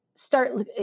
Start